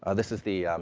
ah this is the,